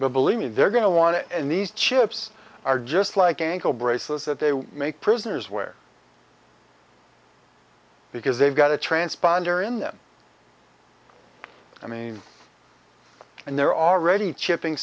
but believe me they're going to want it and these chips are just like ankle bracelets that they make prisoners wear because they've got a transponder in them i mean and they're already chipping